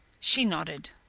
she nodded.